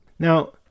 Now